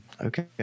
okay